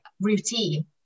routine